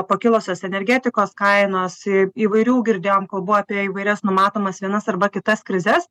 pakilusios energetikos kainos į įvairių girdėjom kalbų apie įvairias numatomas vienas arba kitas krizes